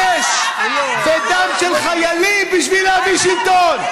משתמש בדם של חיילים בשביל להיות שלטון.